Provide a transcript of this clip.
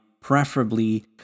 preferably